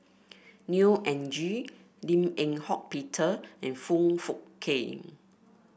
Neo Anngee Lim Eng Hock Peter and Foong Fook Kay